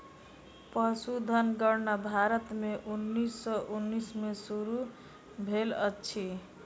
पशुधन गणना भारत में उन्नैस सौ उन्नैस में शुरू भेल अछि